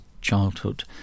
childhood